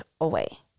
away